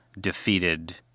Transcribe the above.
defeated